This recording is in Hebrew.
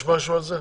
יש משהו על זה?